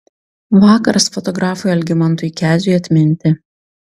vakaras fotografui algimantui keziui atminti